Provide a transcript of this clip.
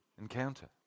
encounter